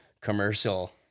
commercial